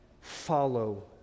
follow